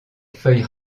feuilles